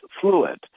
fluid